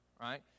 right